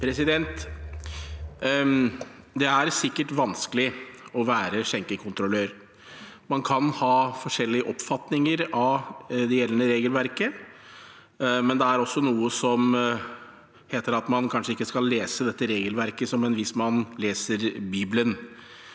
Det er sikkert vans- kelig å være skjenkekontrollør. Man kan ha forskjellige oppfatninger av det gjeldende regelverket, men det er også noe som heter at man kanskje ikke skal lese dette regelverket som en viss mann leser Bibelen.